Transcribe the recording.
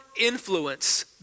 influence